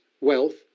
wealth